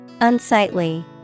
Unsightly